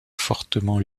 fortement